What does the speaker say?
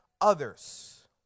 others